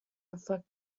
reflect